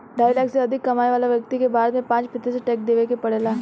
ढाई लाख से अधिक कमाए वाला व्यक्ति के भारत में पाँच प्रतिशत टैक्स देवे के पड़ेला